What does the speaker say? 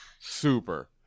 Super